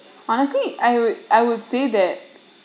honestly I would I would say that